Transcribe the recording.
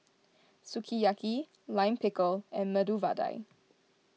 Sukiyaki Lime Pickle and Medu Vada